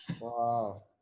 wow